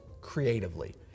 creatively